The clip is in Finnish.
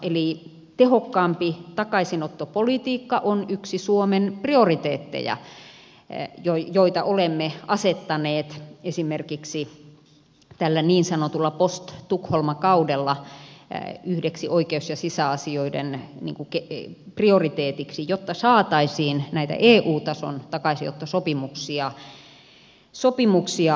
eli tehokkaampi takaisinottopolitiikka on yksi suomen prioriteetteja joita olemme asettaneet esimerkiksi tällä niin sanotulla post tukholma kaudella yhdeksi oikeus ja sisäasioiden prioriteetiksi jotta saataisiin näitä eu tason takaisinottosopimuksia aikaan